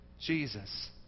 jesus